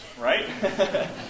Right